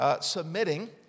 submitting